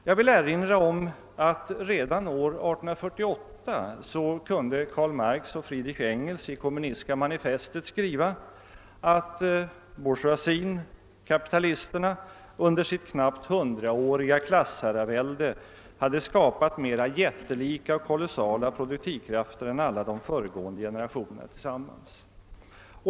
Jag vill erinra om att redan år 1848 kunde Karl Marx och Friedrich Engels i Kommunistiska manifestet skriva, att bourgeoisin-kapitalisterna »under sitt knappt 100-åriga klassherravälde skapat mera jättelika och kolossala produktivkrafter än alla de föregående generationerna tillsammans».